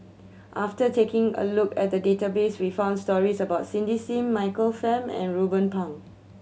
after taking a look at the database we found stories about Cindy Sim Michael Fam and Ruben Pang